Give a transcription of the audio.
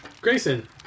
Grayson